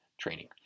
training